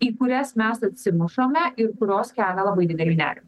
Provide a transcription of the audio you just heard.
į kurias mes atsimušame kurios kelia labai didelį nerimą